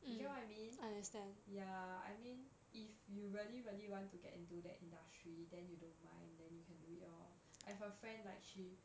you get what I mean ya I mean if you really really want to get into that industry then you don't mind then you can do it lor I have a friend she